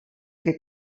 que